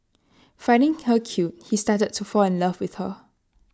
finding her cute he started to fall in love with her